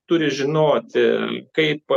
turi žinoti kaip